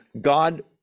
God